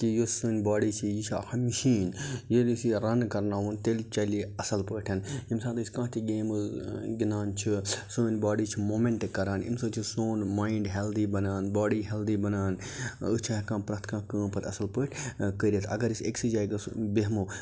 کہِ یۄس سٲنۍ باڈی چھِ یہِ چھِ ہۄ مِشیٖن ییٚلہِ أسۍ یہِ رنہٕ کرناوون تیٚلہِ چلہِ یہِ اَصٕل پٲٹھۍ ییٚمہِ ساتہٕ أسۍ کانٛہہ تہِ گیمہٕ گِندان چھِ سٲنۍ باڈی چھِ موٗمینٹ کران اَمہِ سۭتۍ چھُ سون ماینڈ ہیٚلدی بَنان باڈی ہیٚلدی بَنان أسۍ چھِ ہیٚکان پرٮ۪تھ کانٛہہ کٲم پَتہٕ اَصٕل پٲٹھۍ کٔرِتھ اَگر أسۍ أکسٕے جایہِ گژھو بیٚہمَو